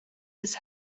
his